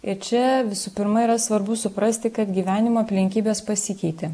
ir čia visų pirma yra svarbu suprasti kad gyvenimo aplinkybės pasikeitė